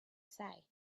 say